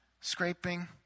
scraping